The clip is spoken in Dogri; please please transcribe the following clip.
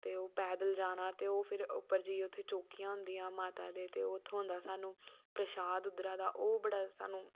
ते ओ पैद्दल जाना ते ओ फिर उप्पर जाईयै उत्थै चोक्कियां होंदियां माता दे ते ओह् थ्होंदा सहानू प्रशाद उध्दरा दा ओह् बड़ा साह्नू